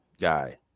guy